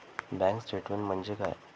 Bank statement म्हणजे काय?